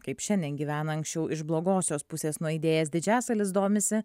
kaip šiandien gyvena anksčiau iš blogosios pusės nuaidėjęs didžiasalis domisi